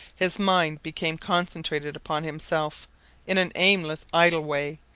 his mind became concentrated upon himself in an aimless, idle way,